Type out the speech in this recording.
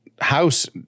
house